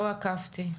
לא עקבתי.